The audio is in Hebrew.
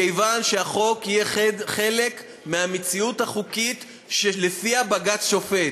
מכיוון שהחוק יהיה חלק מהמציאות החוקית שלפיה בג"ץ שופט.